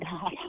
God